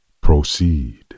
Proceed